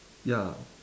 ya